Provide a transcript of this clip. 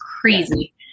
crazy